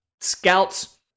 scouts